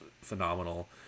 phenomenal